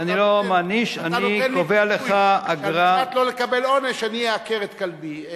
אתה נותן לי פיתוי שעל מנת לא לקבל עונש אני אעקר את כלבי.